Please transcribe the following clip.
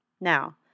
Now